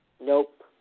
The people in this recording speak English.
Nope